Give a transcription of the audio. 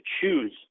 choose